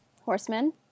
horsemen